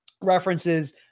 references